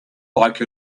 like